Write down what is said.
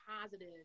positive